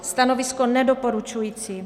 Stanovisko: nedoporučující.